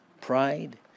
pride